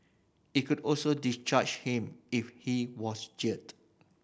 it could also discharge him if he was jailed